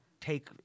take